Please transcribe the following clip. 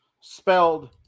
spelled